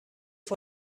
vor